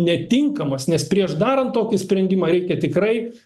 netinkamas nes prieš darant tokį sprendimą reikia tikrai